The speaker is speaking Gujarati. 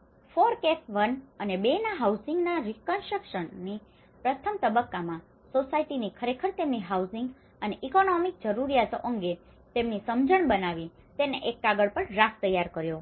આમ FORECAFE 1 અને 2ના હાઉસિંગના રીકન્સ્ટ્રકશનની reconstruction પુનનિર્માણ પ્રક્રિયામાં પ્રથમ તબક્કામાં સોસાયટીની ખરેખર તેમની હાઉસિંગ અને ઇકોનોમિકની જરૂરીયાતો અંગેની તેમની સમજણ બનાવી તેને એક કાગળ પર ડ્રાફ્ટ તૈયાર કર્યો